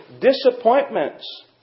disappointments